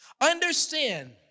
Understand